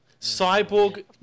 cyborg